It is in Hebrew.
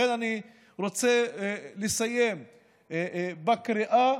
לכן אני רוצה לסיים בקריאה,